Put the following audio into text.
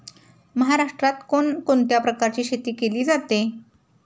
महाराष्ट्रात कोण कोणत्या प्रकारची शेती केली जाते?